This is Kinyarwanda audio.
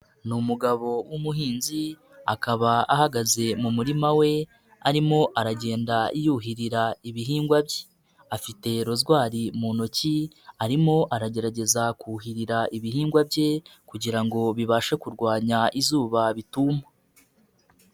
Ni umugabo w'umuhinzi akaba ahagaze mu murima we arimo aragenda yuhirira ibihingwa bye, afite rozwari mu ntoki arimo aragerageza kuhirira ibihingwa bye kugira ngo bibashe kurwanya izuba bituma.